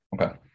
Okay